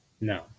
No